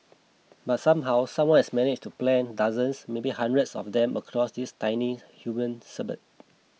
but somehow someone had managed to plant dozens maybe hundreds of them across this tiny human suburb